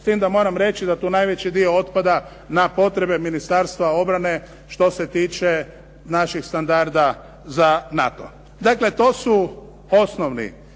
S time da moram reći da tu najveći dio otpada na potrebe Ministarstva obrane, što se tiče našeg standarda za NATO. Dakle, to su osnovni